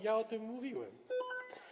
Ja o tym mówiłem.